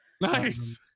Nice